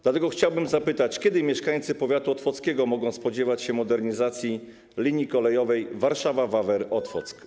Dlatego chciałbym zapytać, kiedy mieszkańcy powiatu otwockiego mogą spodziewać się modernizacji linii kolejowej Warszawa Wawer - Otwock.